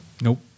Nope